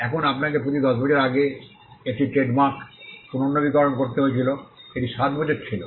এখন আপনাকে প্রতি 10 বছর আগে একটি ট্রেডমার্ক পুনর্নবীকরণ করতে হয়েছিল এটি 7 বছর ছিল